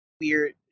weird